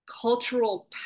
cultural